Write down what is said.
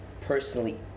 personally